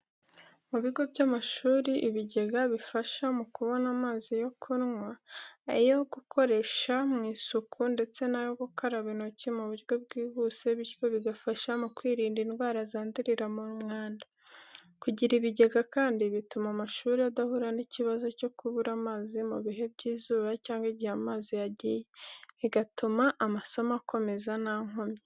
Mu bigo by'amashuri, ibigega bifasha mu kubona amazi yo kunywa, ayo gukoresha mu isuku, ndetse n'ayo gukaraba intoki mu buryo bwihuse bityo bigafasha mu kwirinda indwara zandurira mu mwanda. Kugira ibigega kandi bituma amashuri adahura n'ikibazo cyo kubura amazi mu bihe by'izuba cyangwa igihe amazi yagiye, bigatuma amasomo akomeza nta nkomyi.